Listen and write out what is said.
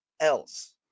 else